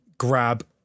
grab